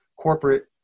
corporate